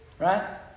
Right